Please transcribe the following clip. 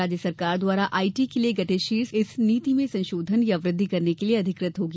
राज्य सरकार द्वारा आईटी के लिए गठित शीर्ष समिति इस नीति में संशोधन या वृद्वि करने के लिए अधिक त होगी